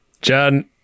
john